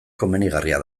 komenigarria